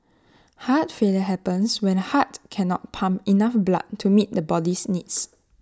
heart failure happens when the heart cannot pump enough blood to meet the body's needs